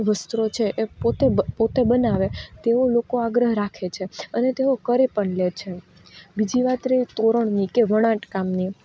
વસ્ત્રો છે એ પોતે પોતે બનાવે તેવો લોકો આગ્રહ રાખે છે અને તેઓ કરી પણ લે છે બીજી વાત રહી તોરણની કે વણાટ કામની